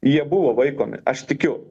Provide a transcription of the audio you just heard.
jie buvo vaikomi aš tikiu